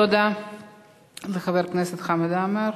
תודה לחבר הכנסת חמד עמאר.